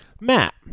Matt